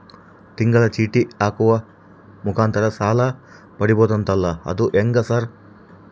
ತಿಂಗಳ ಚೇಟಿ ಹಾಕುವ ಮುಖಾಂತರ ಸಾಲ ಪಡಿಬಹುದಂತಲ ಅದು ಹೆಂಗ ಸರ್?